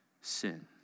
sin